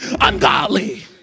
ungodly